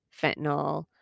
fentanyl